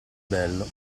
bello